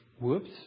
Whoops